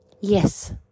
Yes